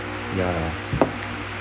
ya ya